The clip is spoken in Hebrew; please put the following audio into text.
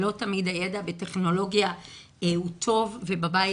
ולא תמיד הידע בטכנולוגיה הוא טוב ובבית